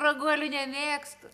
raguolių nemėgstu